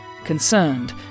Concerned